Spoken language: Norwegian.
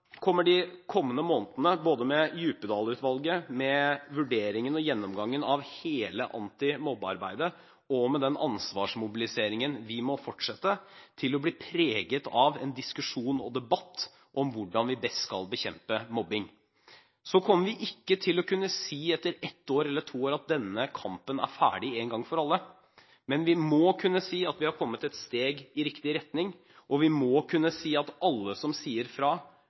kommer de kommende månedene, både med Djupedal-utvalget, med vurderingen og gjennomgangen av hele antimobbingarbeidet og med den ansvarsmobiliseringen vi må fortsette, til å bli preget av en diskusjon og debatt om hvordan vi best skal bekjempe mobbing. Vi kommer ikke til å kunne si etter ett år eller to år at denne kampen er ferdig en gang for alle, men vi må kunne si at vi har kommet et steg i riktig retning, og vi må kunne si at alle som sier fra,